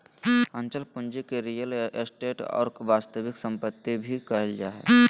अचल पूंजी के रीयल एस्टेट और वास्तविक सम्पत्ति भी कहइ हइ